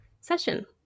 session